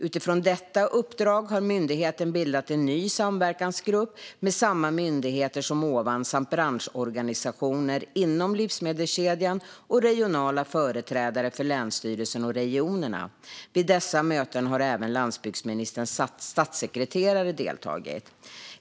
Utifrån detta uppdrag har myndigheten bildat en ny samverkansgrupp med samma myndigheter som nämnts samt branschorganisationer inom livsmedelskedjan och regionala företrädare för länsstyrelsen och regionerna. Vid dessa möten har även landsbygdsministerns statssekreterare deltagit.